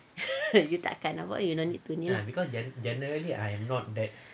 you tak kan apa you don't need to you